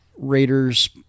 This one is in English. raiders